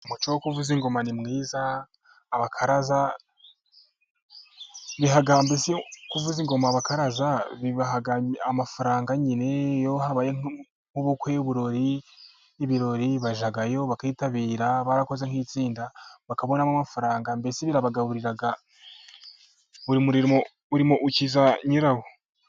Umuco wo kuvuza ingoma ni mwiza, abakaraza biha mbese kuvuza ingoma, abakaraza bibaha amafaranga nyine iyo habaye nk'ubukwe, ibirori bajyayo bakitabira, barakoze nk'itsinda. Bakabonamo amafaranga, mbese birabagaburira. Buri murimo ukiza nyirawo.